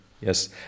Yes